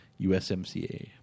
USMCA